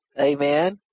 Amen